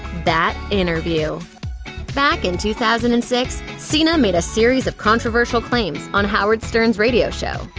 that interview back in two thousand and six, cena made a series of controversial claims on howard stern's radio show,